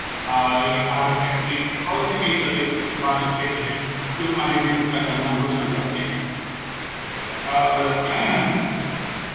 ये carbon factory और भी कई तरह के उतपादन क्षेत्र हैं जो हमारे बेगुसराय का नाम रौशन करते हैं और